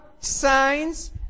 signs